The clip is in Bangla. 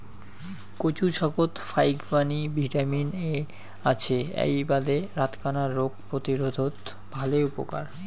কচু শাকত ফাইকবাণী ভিটামিন এ আছে এ্যাই বাদে রাতকানা রোগ প্রতিরোধত ভালে উপকার